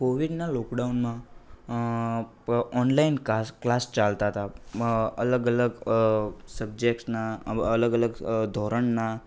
કોવિડના લોકડાઉનમાં online class ચાલતા હતા અલગ અલગ સબ્જેક્ટ્સના અલગ અલગ ધોરણના